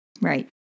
Right